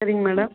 சரிங்க மேடம்